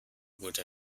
wurde